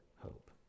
hope